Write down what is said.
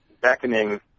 beckoning